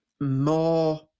more